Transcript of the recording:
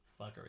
fuckery